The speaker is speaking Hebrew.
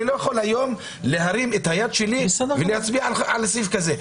אני לא יכול היום להרים את היד שלי ולהצביע על סעיף כזה.